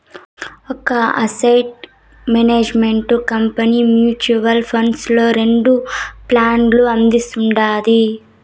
ఒక asset management company mutual funds లో రెండు ప్లాన్లు అందిస్తుండాది